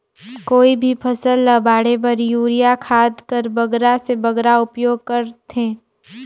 कोई भी फसल ल बाढ़े बर युरिया खाद कर बगरा से बगरा उपयोग कर थें?